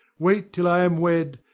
wait till i am wed,